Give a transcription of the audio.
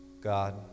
God